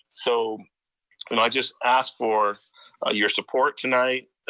so can i just ask for your support tonight.